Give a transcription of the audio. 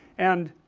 and,